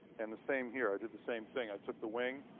and the same here. i did the same thing. i took the wing